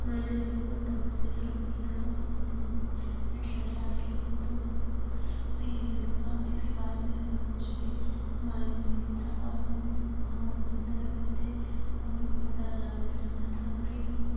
हमारे जीवन में बहुत सी समस्याएँ आई थीं जब हम अठरह साल के हुए तो हमें पीरियड हुआ इसके बारे में हमें कुछ भी मालूम नहीं था और हमें हम बहुत डर गए थे हमें बहुत डर लगने लगा था फिर हम